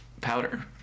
powder